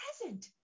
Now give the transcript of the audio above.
present